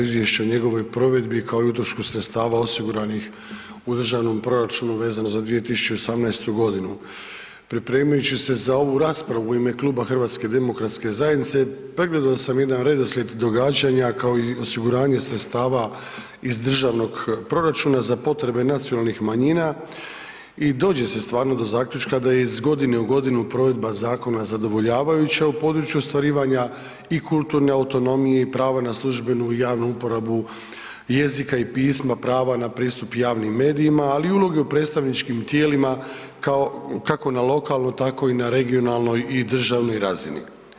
Izvješće o njegovoj provedbi kao i utrošku sredstava osiguranih u državnom proračunu, vezano za 2018. g. Pripremajući se za ovu raspravu u ime Kluba HDZ-a, pregledao sam jedan redoslijed događanja, kao i osiguranje sredstava iz državnog proračuna za potrebe nacionalnih manjina i dođe se stvarno do zaključka da iz godine u godinu provedba zakona zadovoljavajuća u području ostvarivanja i kulturne autonomije i prava na službenu i javnu uporabu jezika i pisma, prava na pristup javnim medijima, ali i uloge u predstavničkim tijelima, kako na lokalnoj, tako i na regionalnoj i državnoj razini.